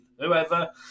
whoever